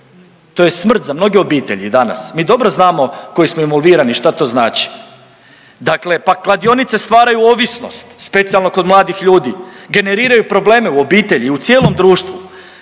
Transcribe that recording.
To je smrt za mnoge obitelji danas. Mi dobro znamo koji smo involvirani šta to znači. Dakle, pa kladionice stvaraju ovisnost specijalno kod mladih ljudi, generiraju probleme u obitelji, u cijelom društvu.